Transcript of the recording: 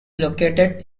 located